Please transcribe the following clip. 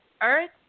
Earth